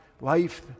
Life